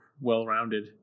well-rounded